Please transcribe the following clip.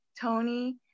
Tony